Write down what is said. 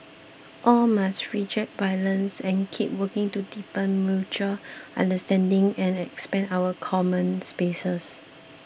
all must reject violence and keep working to deepen mutual understanding and expand our common spaces